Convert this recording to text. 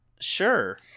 Sure